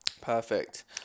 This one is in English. perfect